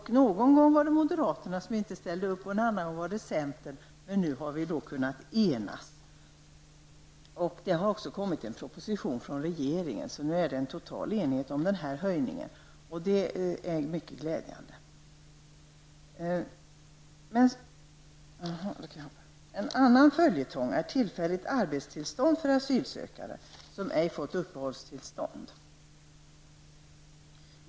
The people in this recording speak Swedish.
En gång var det moderaterna som inte ställde upp, och en annan gång var det centern, men nu har vi kunnat enas. Det har också kommit en proposition från regeringen, så nu är det en total enighet om den här höjningen. Det är mycket glädjande. En annan följetong är tillfälligt arbetstillstånd för asylsökande som ej fått uppehållstillstånd.